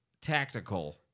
tactical